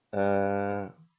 uh